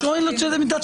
אני שואל לעמדתך.